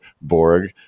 Borg